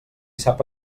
sap